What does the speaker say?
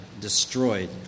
destroyed